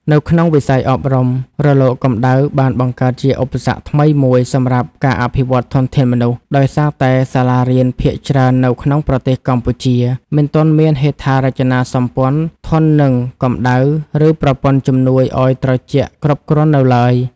នៅក្នុងវិស័យអប់រំ រលកកម្ដៅបានបង្កើតជាឧបសគ្គថ្មីមួយសម្រាប់ការអភិវឌ្ឍធនធានមនុស្ស ដោយសារតែសាលារៀនភាគច្រើននៅក្នុងប្រទេសកម្ពុជាមិនទាន់មានហេដ្ឋារចនាសម្ព័ន្ធធន់នឹងកម្ដៅ ឬប្រព័ន្ធជំនួយឲ្យត្រជាក់គ្រប់គ្រាន់នៅឡើយ។